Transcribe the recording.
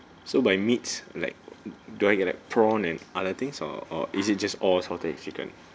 so by meats like do I get like prawn and other things or or is it just all salted egg chicken